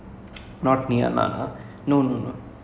is it the guy who made his airlines